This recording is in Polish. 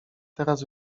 teraz